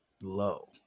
low